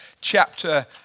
chapter